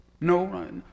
No